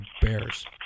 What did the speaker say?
bears